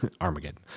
Armageddon